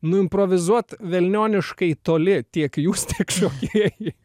nu improvizuot velnioniškai toli tiek jūs tiek šokėjai